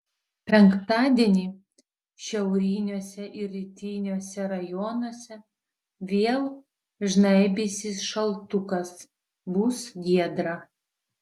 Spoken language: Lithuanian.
penktadienį šiauriniuose ir rytiniuose rajonuose vėl žnaibysis šaltukas bus giedra